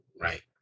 right